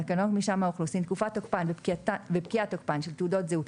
לתקנות מרשם האוכלוסין (תקופת תוקפן ופקיעת תוקפן של תעודות זהות),